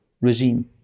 regime